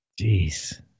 Jeez